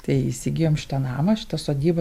tai įsigijom šitą namą šitą sodybą